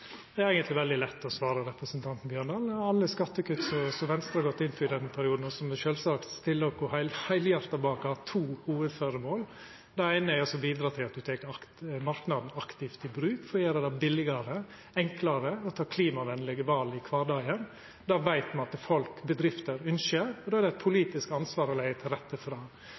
Det er eigentleg veldig lett å svara representanten Holen Bjørdal: Alle skattekutt som Venstre har gått inn for i denne perioden, og som me sjølvsagt stiller oss heilhjarta bak, har to hovudføremål: Det eine er å bidra til at ein tek marknaden aktivt i bruk for å gjera det billegare og enklare å ta klimavenlege val i kvardagen. Det veit me at folk og bedrifter ynskjer, og då er det eit politisk ansvar å leggja til rette